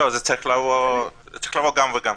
זה צריך לבוא גם וגם.